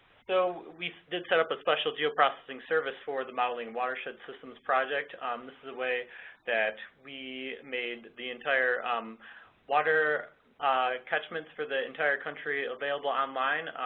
so, we did set up a special geoprocessing service for the modeling watershed systems project, um this is the way that we made the entire um water catchments for the entire country available online.